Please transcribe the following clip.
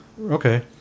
Okay